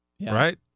right